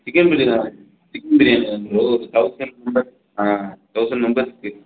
chicken biryani தான் chicken biryani தான் bro ஒரு தௌசண்ட் மெம்பர்ஸ் ஆ தௌசண்ட் மெம்பர்ஸ்க்கு